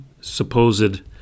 supposed